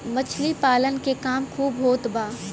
मछली पालन के काम खूब होत बा